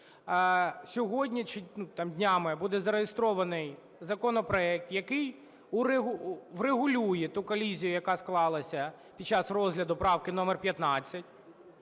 сьогодні, чи там днями, буде зареєстрований законопроект, який врегулює ту колізію, яка склалася під час розгляду правки номер 15.